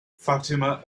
fatima